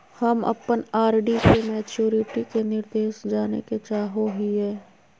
हम अप्पन आर.डी के मैचुरीटी के निर्देश जाने के चाहो हिअइ